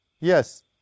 Yes